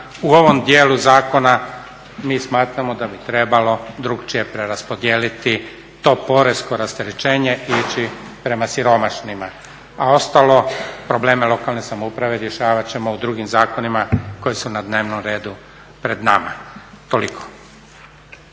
u ovom dijelu zakona mi smatramo da bi trebalo drukčije preraspodijeliti to porezno rasterećenje i ići prema siromašnima. A ostalo probleme lokalne samouprave rješavat ćemo u drugim zakonima koji su na dnevnom redu pred nama. Toliko.